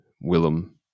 Willem